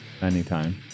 Anytime